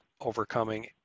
overcoming